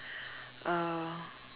uh